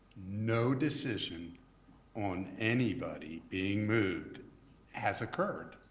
no decision on anybody being moved has occurred.